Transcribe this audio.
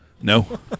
no